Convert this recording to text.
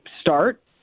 start